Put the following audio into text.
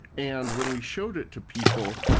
and when we showed it to people,